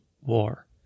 War